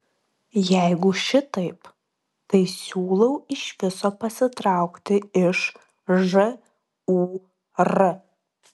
jeigu šitaip tai siūlau iš viso pasitraukti iš žūr